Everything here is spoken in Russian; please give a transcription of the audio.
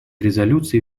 резолюции